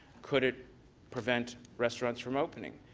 could it prevent restaurants from opening?